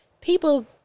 people